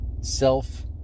self